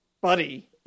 Buddy